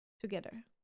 together